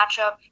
matchup